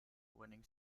winning